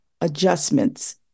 adjustments